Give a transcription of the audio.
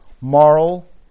moral